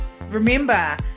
Remember